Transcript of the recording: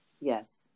Yes